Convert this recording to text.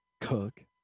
Cook